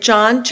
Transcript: John